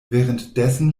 währenddessen